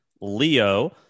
Leo